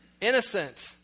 innocent